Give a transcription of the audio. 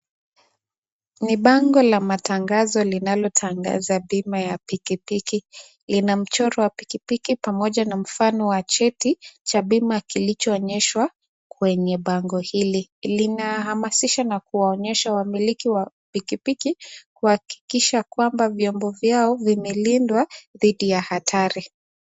Ni bango la matangazo linalotangaza bima ya pikipiki, ina mchoro wa pikipiki pamoja na mfano wa cheti cha bima kilichoonyehswa kwenye bango hili, linahamasisha na kuwaonyesha wamiliki wa pikipiki kuhakikisha kwamba vyombo vyao vimelindwa dhidi ya hatari.